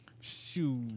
Shoot